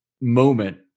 moment